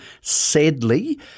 Sadly